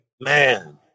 Man